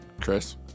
Chris